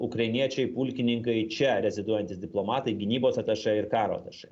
ukrainiečiai pulkininkai čia reziduojantys diplomatai gynybos atašė ir karo atašė